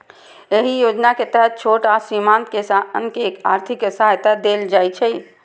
एहि योजना के तहत छोट आ सीमांत किसान कें आर्थिक सहायता देल जाइ छै